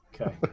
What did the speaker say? Okay